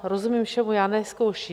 Rozumím všemu, já nezkouším.